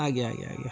ଆଜ୍ଞା ଆଜ୍ଞା ଆଜ୍ଞା